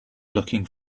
looking